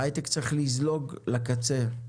ההייטק צריך לזלוג לקצה,